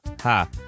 Ha